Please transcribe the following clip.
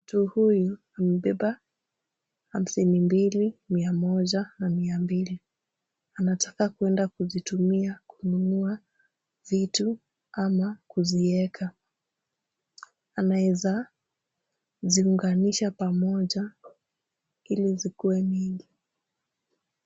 Mtu huyu amebeba hamsini mbili, mia moja na mia mbili. Anataka kwenda kuzitumia kununua vitu ama kuzieka. Anaeza ziunganisha pamoja ili zikuwe mingi.